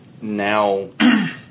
now